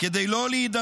זה היה המשטר